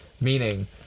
meaning